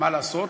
מה לעשות,